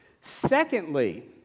Secondly